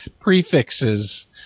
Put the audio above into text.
prefixes